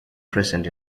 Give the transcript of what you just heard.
present